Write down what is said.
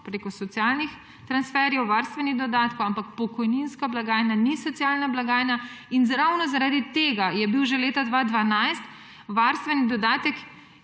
preko socialnih transferjev, varstvenih dodatkov – ampak pokojninska blagajna ni socialna blagajna. Ravno zaradi tega je bil že leta 2012 varstveni dodatek